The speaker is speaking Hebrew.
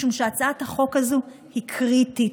משום שהצעת החוק הזאת היא קריטית,